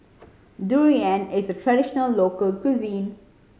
durian is a traditional local cuisine